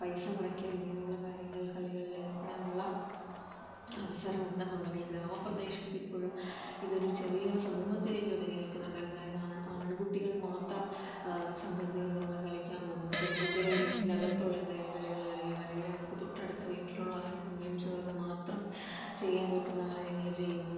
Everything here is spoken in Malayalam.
പൈസ മുടക്കിയാൽ ഇങ്ങനുള്ള കാര്യങ്ങൾ കളികളിലേർപ്പെടാനുള്ള അവസരമുണ്ടെന്ന് ഉണ്ടെങ്കിൽ ഗ്രാമപ്രദേശത്ത് ഇപ്പോഴും ഇതൊരു ചെറിയ സമൂഹത്തിലേക്ക് ഒതുങ്ങി നിൽക്കുന്നുണ്ടതായത് ആൺ ആൺകുട്ടികൾ മാത്രം സംഘം ചേർന്നുള്ള കളിക്കാൻ പോകുന്നു പെൺകുട്ടികൾ വീട്ടിനകത്തുള്ള എന്തെങ്കിലും കളികൾ കളിക്കുന്ന അല്ലെങ്കിൽ അവർക്ക് തൊട്ടടുത്ത വീട്ടിലുള്ള ആരോടെങ്കിലും ചേർന്ന് മാത്രം ചെയ്യാൻ പറ്റുന്ന കാര്യങ്ങൾ ചെയ്യുന്നു